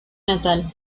natal